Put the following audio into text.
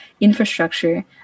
infrastructure